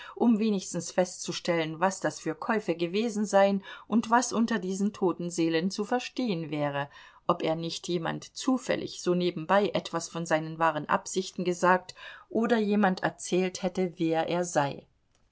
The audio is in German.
um wenigstens festzustellen was das für käufe gewesen seien und was unter diesen toten seelen zu verstehen wäre ob er nicht jemand zufällig so nebenbei etwas von seinen wahren absichten gesagt oder jemand erzählt hätte wer er sei